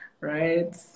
right